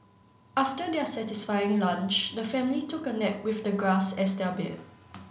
after their satisfying lunch the family took a nap with the grass as their bed